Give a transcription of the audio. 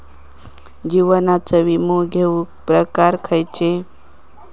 जीवनाचो विमो घेऊक प्रकार खैचे?